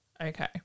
Okay